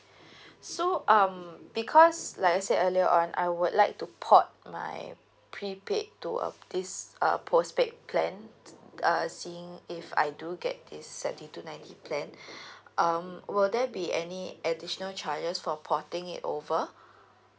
so um because like I said earlier on I would like to port my prepaid to uh this uh postpaid plan uh seeing if I do get this seventy two ninety plan um will there be any additional charges for porting it over